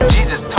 Jesus